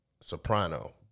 soprano